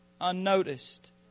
unnoticed